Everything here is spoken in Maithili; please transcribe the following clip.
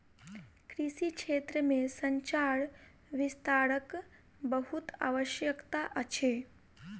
कृषि क्षेत्र में संचार विस्तारक बहुत आवश्यकता अछि